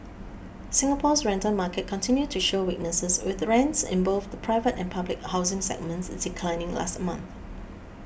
Singapore's rental market continued to show weakness with rents in both the private and public housing segments declining last month